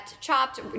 chopped